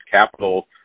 capital